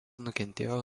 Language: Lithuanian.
nukentėjo